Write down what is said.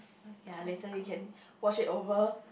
ya later we can watch it over